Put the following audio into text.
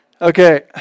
Okay